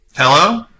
Hello